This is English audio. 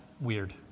weird